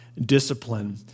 discipline